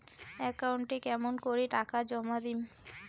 একাউন্টে কেমন করি টাকা জমা দিম?